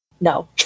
no